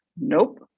Nope